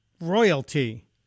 royalty